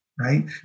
Right